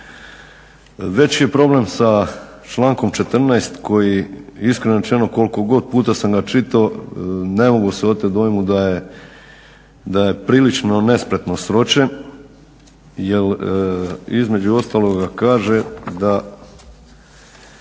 Veći je problem je sa člankom 14. koji iskreno rečeno, koliko god puta sam ga čitao ne mogu se otet dojmu da je prilično nespretno sročen. Jer između ostaloga kaže da